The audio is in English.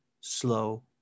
slow